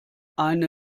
eine